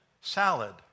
salad